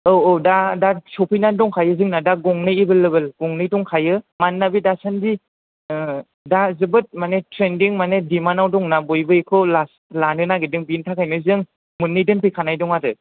औ औ दा दा सफैनानै दंखायो जोंना दा गंनै एभैललेबोल गंनै दंखायो मानोना बे दासानदि दा जोबोद माने ट्रेनडिं माने डिमान्दव दंना बयबो बेखौ लानो नागिरदों बेनि थाखायनो जों मोननै दोनफैखानाय दं आरो